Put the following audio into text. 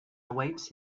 awaits